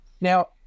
Now